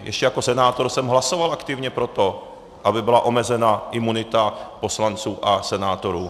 Ještě jako senátor jsem hlasoval aktivně pro to, aby byla omezena imunita poslanců a senátorů.